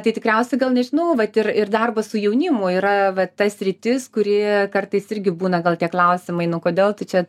tai tikriausiai gal nežinau vat ir ir darbas su jaunimu yra va ta sritis kuri kartais irgi būna gal tie klausimai nu kodėl tu čia